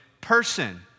person